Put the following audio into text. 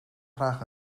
graag